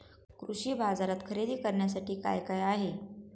कृषी बाजारात खरेदी करण्यासाठी काय काय आहे?